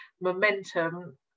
momentum